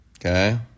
Okay